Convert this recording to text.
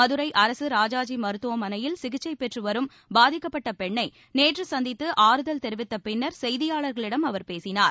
மதுரை அரசு ராஜாஜி மருத்துவமனையில் சிகிச்சை பெற்று வரும் பாதிக்கப்பட்ட பெண்ணை நேற்று சந்தித்து ஆறுதல் தெரிவித்த பின்னா் செய்தியாளர்களிடம் அவர் பேசினார்